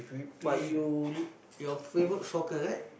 but you your favorite soccer right